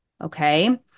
okay